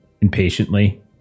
impatiently